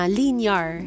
linear